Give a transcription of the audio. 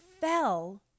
fell